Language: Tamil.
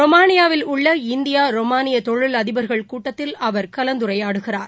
ரொமானியாவில் உள்ள இந்தியா ரொமானியதொழிலதிபர்கள் கூட்டத்தில் அவர் கலந்துரையாடுகிறார்